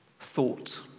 thought